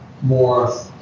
more